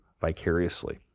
vicariously